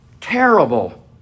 terrible